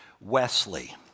Wesley